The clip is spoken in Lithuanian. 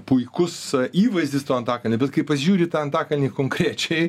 puikus įvaizdis to antakalnio bet kai pasižiūri į tą antakalnį konkrečiai